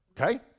okay